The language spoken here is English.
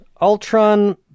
Ultron